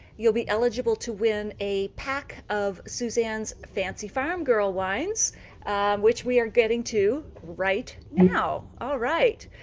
you'll be eligible to win a pack of sue-ann's fancy farm girl wines which we are getting to right now. all right.